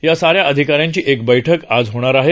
या साऱ्या अधिकाऱ्यांची एक बैठक आज होणार आहे